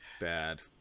bad